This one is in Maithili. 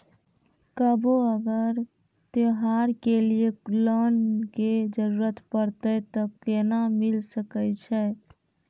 कभो अगर त्योहार के लिए लोन के जरूरत परतै तऽ केना मिल सकै छै?